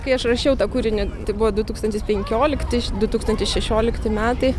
kai aš rašiau tą kūrinį tai buvo du tūkstantis penkiolikti du tūkstantis šešiolikti metai